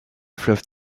fleuve